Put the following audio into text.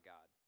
God